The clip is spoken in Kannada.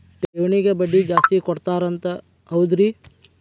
ಠೇವಣಿಗ ಬಡ್ಡಿ ಜಾಸ್ತಿ ಕೊಡ್ತಾರಂತ ಹೌದ್ರಿ?